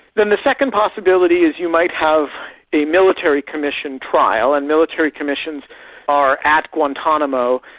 then the second possibility is you might have a military commission trial, and military commissions are at guantanamo,